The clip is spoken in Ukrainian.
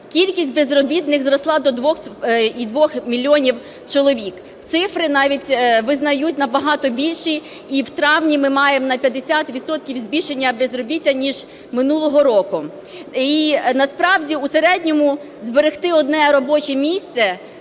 кількість безробітних зросла до 2,2 мільйона чоловік. Цифри навіть визнають набагато більші. І в травні ми маємо на 50 відсотків збільшення безробіття ніж минулого року. І насправді у середньому зберегти одне робоче місце